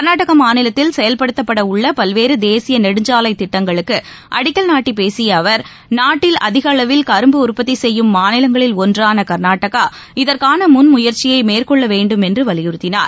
கர்நாடக மாநிலத்தில் செயல்படுத்தப்பட உள்ள பல்வேறு தேசிய நெடுஞ்சாலைத் திட்டங்களுக்கு அடிக்கல் நாட்டி பேசிய அவர் நாட்டில் அதிக அளவில் கரும்பு உற்பத்தி செய்யும் மாநிலங்களில் ஒன்றான கர்நாடகா இதற்கான முன்முயற்சியை மேற்கொள்ள வேண்டும் என்று வலியுறுத்தினார்